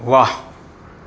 વાહ